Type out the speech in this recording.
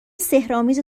سحرآمیز